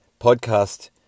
podcast